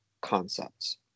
concepts